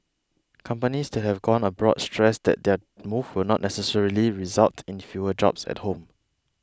companies that have gone abroad stressed that their move will not necessarily result in fewer jobs at home